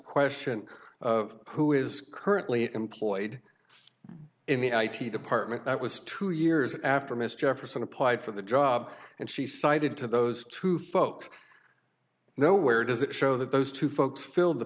question of who is currently employed in the i t department that was two years after mr jefferson applied for the job and she cited to those two folks nowhere does it show that those two folks filled the